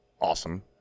awesome